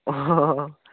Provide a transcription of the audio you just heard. অঁ